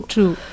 True